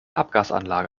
abgasanlage